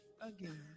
again